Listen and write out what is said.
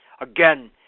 Again